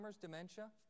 dementia